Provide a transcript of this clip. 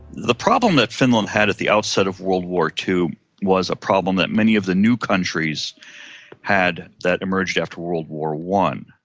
the problem that finland had at the outset of world war two was a problem that many of the new countries had that emerged after world war one.